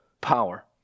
power